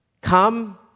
come